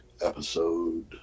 episode